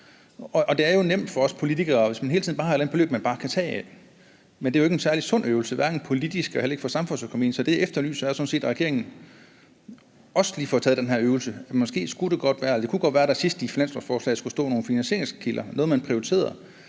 Det er jo nemt for os politikere, hvis man hele tiden har et beløb, man bare kan tage af. Men det er jo ikke nogen særlig sund øvelse, hverken politisk eller for samfundsøkonomien, og det, jeg efterlyser, er sådan set, at regeringen også gør den her øvelse. Måske kunne det godt være, at der sidst i finanslovsforslaget skulle stå nogle finansieringskilder, noget, man prioriterede,